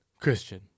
Christian